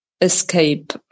escape